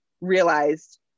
realized